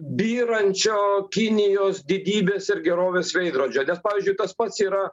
byrančio kinijos didybės ir gerovės veidrodžio nes pavyzdžiui tas pats yra